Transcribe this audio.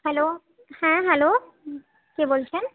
hello হ্যাঁ hello কে বলছেন